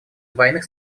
двойных